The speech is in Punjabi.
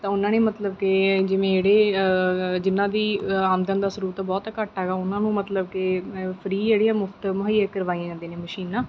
ਤਾਂ ਉਹਨਾਂ ਨੇ ਮਤਲਬ ਕਿ ਜਿਵੇਂ ਜਿਹੜੇ ਜਿਨ੍ਹਾਂ ਦੀ ਆਮਦਨ ਦਾ ਸਰੋਤ ਬਹੁਤ ਘੱਟ ਹੈਗਾ ਉਹਨਾਂ ਨੂੰ ਮਤਲਬ ਕਿ ਫਰੀ ਜਿਹੜੀਆਂ ਮੁਫ਼ਤ ਮੁਹੱਈਆ ਕਰਵਾਈਆਂ ਜਾਂਦੀਆਂ ਨੇ ਮਸ਼ੀਨਾਂ